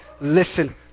listen